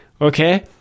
okay